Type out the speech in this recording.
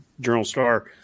Journal-Star